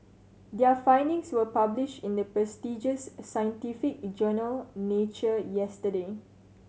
their findings will published in the prestigious scientific journal Nature yesterday